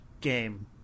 game